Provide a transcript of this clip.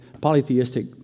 polytheistic